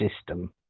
system